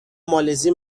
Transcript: مالزی